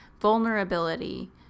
vulnerability